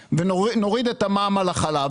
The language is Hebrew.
נוריד את המע"מ על החלב,